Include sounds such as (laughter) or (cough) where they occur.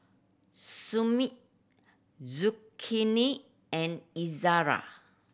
(unintelligible) and Izara